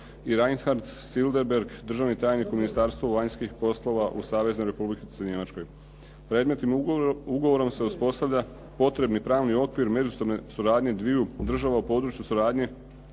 i Reinhard Silberberg, državni tajnik u Ministarstvu vanjskih poslova u Saveznoj Republici Njemačkoj. Predmetnim ugovorom se uspostavlja potrebni pravni okvir međusobne suradnje dviju država u području suradnje